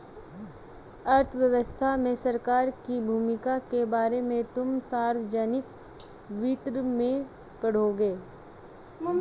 अर्थव्यवस्था में सरकार की भूमिका के बारे में तुम सार्वजनिक वित्त में पढ़ोगे